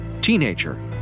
Teenager